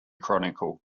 chronicle